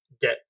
get